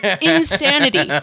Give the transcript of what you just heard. insanity